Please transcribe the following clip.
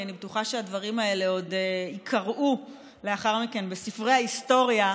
כי אני בטוחה שהדברים האלה עוד ייקראו לאחר מכן בספרי ההיסטוריה: